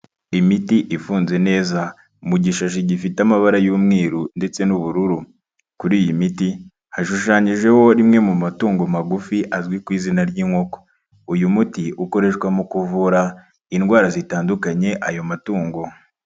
Imiti ifunze neza mu gishashi gifite amabara y'umweru ndetse n'ubururu, kuri iyi miti hashushanyijeho rimwe mu matungo magufi azwi ku izina ry'inkoko, uyu muti ukoreshwa mu kuvura indwara zitandukanye ayo matungo.